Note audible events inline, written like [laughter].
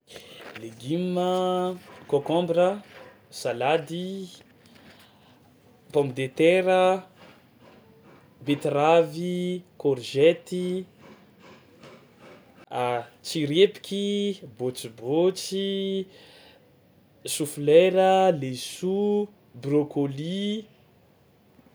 Legioma: kôkômbra, salady, pomme de terre a, beteravy, kôrzety, [noise] [hesitation] tsirepiky, bôtsibôtsy, choux fleur, laisoa, brocoli.